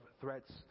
threats